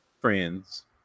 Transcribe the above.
friends